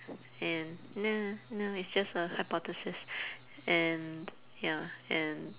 and no no it's just a hypothesis and ya and